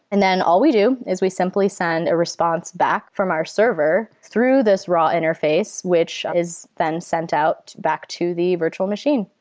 and then all we do is we simply send a response back from our server through this raw interface, which is then sent out back to the virtual machine.